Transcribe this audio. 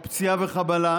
או פציעה וחבלה,